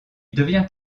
devient